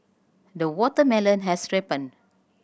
the watermelon has ripened